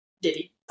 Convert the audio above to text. Diddy